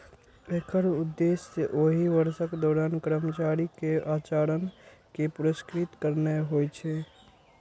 एकर उद्देश्य ओहि वर्षक दौरान कर्मचारी के आचरण कें पुरस्कृत करना होइ छै